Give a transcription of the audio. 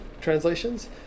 translations